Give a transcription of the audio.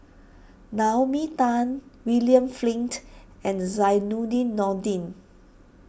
Naomi Tan William Flint and Zainudin Nordin